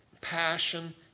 passion